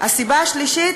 הסיבה השלישית,